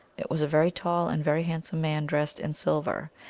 it was a very tall and very hand some man, dressed in silver.